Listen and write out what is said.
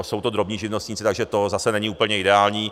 Jsou to drobní živnostníci, takže to zase není úplně ideální.